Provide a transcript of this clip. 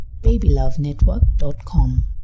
BabyLoveNetwork.com